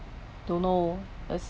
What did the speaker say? don't know